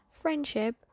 friendship